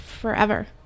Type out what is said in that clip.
forever